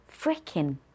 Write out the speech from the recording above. freaking